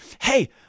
hey